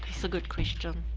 that's a good question.